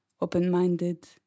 open-minded